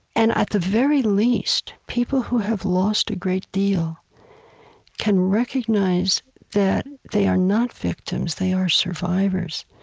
and at the very least, people who have lost a great deal can recognize that they are not victims, they are survivors.